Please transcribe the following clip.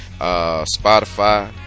Spotify